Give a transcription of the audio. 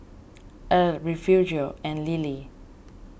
Erle Refugio and Lilie